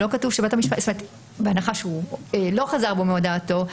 בהנחה שהוא לא חזר בו מהודאתו,